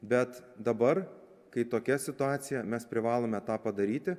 bet dabar kai tokia situacija mes privalome tą padaryti